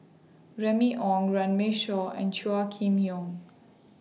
Remy Ong Runme Shaw and Chua Kim Yeow